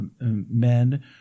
men